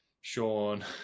Sean